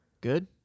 Good